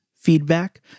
Feedback